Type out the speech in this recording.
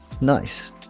Nice